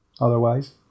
Otherwise